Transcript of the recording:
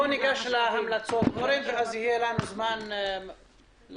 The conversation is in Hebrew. ניגש להמלצות ואז יהיה לנו זמן לדיון.